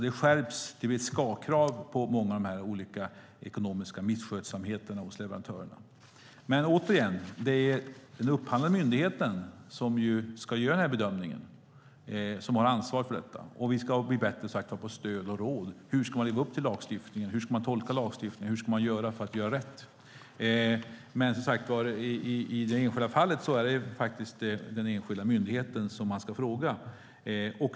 Det skärps, så att det blir ett skall-krav beträffande de olika ekonomiska misskötsamheterna hos leverantörerna. Men återigen: Det är den upphandlande myndigheten som ska göra den bedömningen och har ansvar för detta. Vi ska som sagt bli bättre på stöd och råd. Hur man ska leva upp till lagstiftningen? Hur ska man tolka lagstiftningen? Hur ska man göra för att göra rätt? I det enskilda fallet är det den enskilda myndigheten som man ska fråga.